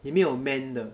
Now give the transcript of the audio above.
你没有 men 的